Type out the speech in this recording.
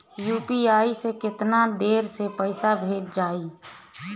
UPI से केतना देर मे पईसा भेजा जाई?